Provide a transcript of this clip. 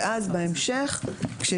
ובהמשך,